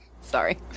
sorry